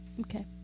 Okay